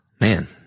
Man